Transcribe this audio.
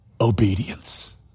Obedience